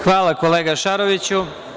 Hvala, kolega Šaroviću.